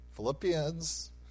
Philippians